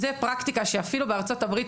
זו פרקטיקה שאפילו בארה"ב,